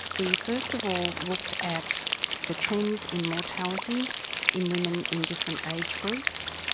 we first of all looked at the trends in mortality in women in different age groups.